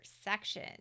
section